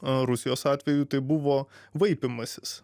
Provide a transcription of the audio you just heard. rusijos atveju tai buvo vaipymasis